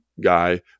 guy